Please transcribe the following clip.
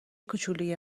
کوچولوی